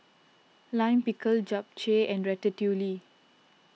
Lime Pickle Japchae and Ratatouille